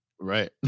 Right